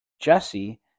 Jesse